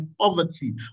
poverty